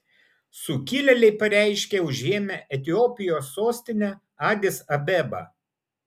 sukilėliai pareiškė užėmę etiopijos sostinę adis abebą